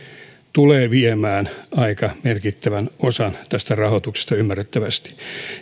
tulee viemään aika merkittävän osan tästä rahoituksesta ymmärrettävästi